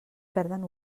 perden